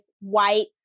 white